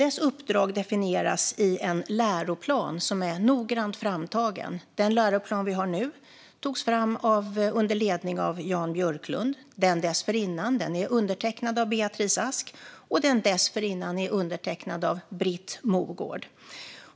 Dess uppdrag definieras i en läroplan som är noggrant framtagen. Den läroplan vi har nu togs fram under ledning av Jan Björklund. Den dessförinnan är undertecknad av Beatrice Ask, och den dessförinnan är undertecknad av Britt Mogård.